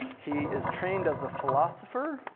he is trained as a philosopher,